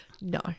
No